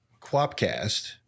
Quapcast